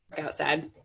outside